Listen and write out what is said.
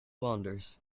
wanders